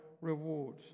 reward